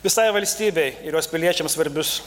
visai valstybei ir jos piliečiams svarbius